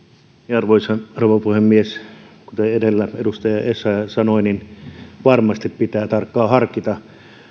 arvoisa rouva puhemies kuten edellä edustaja essayah sanoi niin varmasti pitää tarkkaan harkita